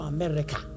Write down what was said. America